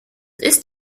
ist